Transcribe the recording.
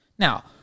Now